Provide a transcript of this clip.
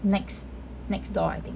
next next door I think